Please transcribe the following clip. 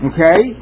Okay